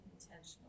intentional